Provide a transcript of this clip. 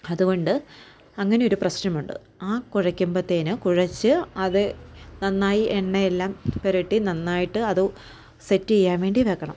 അതുകൊണ്ട് അങ്ങനെ ഒരു പ്രശ്നമുണ്ട് ആ കൊഴക്കുമ്പത്തേന് കുഴച്ച് അത് നന്നായി എണ്ണയെല്ലാം പുരട്ടി നന്നായിട്ട് അത് സെറ്റ് ചെയ്യാൻ വേണ്ടി വയ്ക്കണം